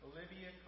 Olivia